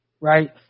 right